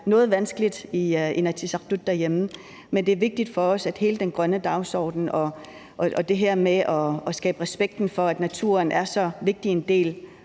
noget vanskeligt i Inatsisartut derhjemme. Men det er vigtigt for os, at hele den grønne dagsorden og det her med at skabe respekt for, at naturen er så vigtig for